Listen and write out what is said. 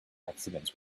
accidents